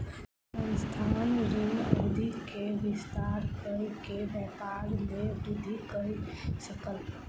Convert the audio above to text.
संस्थान, ऋण अवधि के विस्तार कय के व्यापार में वृद्धि कय सकल